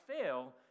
fail